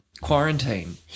Quarantine